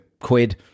quid